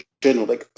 general